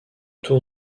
tour